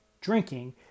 drinking